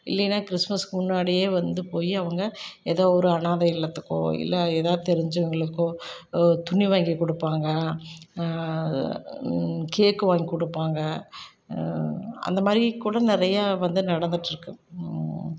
இல்லைன்னா கிறிஸ்மஸ்க்கு முன்னாடியே வந்து போய் அவங்க ஏதோ ஒரு அனாதை இல்லத்துக்கோ இல்லை ஏதாவது தெரிஞ்சவங்களுக்கோ துணி வாங்கி கொடுப்பாங்க கேக்கு வாங்கி கொடுப்பாங்க அந்த மாதிரி கூட நிறைய வந்து நடந்துட்டுருக்கு